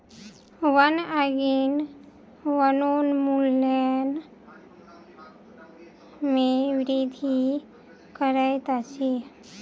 वन अग्नि वनोन्मूलन में वृद्धि करैत अछि